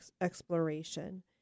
exploration